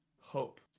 hope